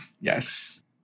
Yes